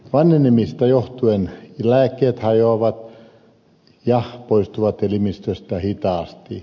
vanhenemisesta johtuen lääkkeet hajoavat ja poistuvat elimistöstä hitaasti